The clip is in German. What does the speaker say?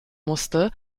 musste